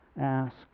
ask